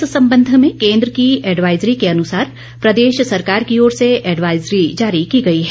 इस संबंध में केंद्र की एडवाइजरी के अनुसार प्रदेश सरकार की ओर से एडवाइजरी जारी की गई है